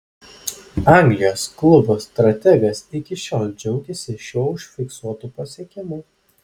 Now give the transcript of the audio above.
anglijos klubo strategas iki šiol džiaugiasi šiuo užfiksuotu pasiekimu